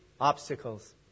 obstacles